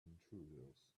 intruders